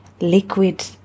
liquid